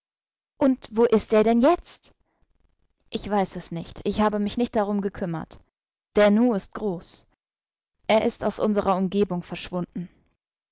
und wo ist er denn jetzt ich weiß es nicht ich habe mich nicht darum gekümmert der nu ist groß er ist aus unserer umgebung verschwunden